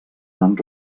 van